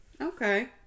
okay